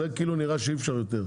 אבל זה כאילו נראה שאי אפשר יותר.